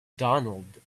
donald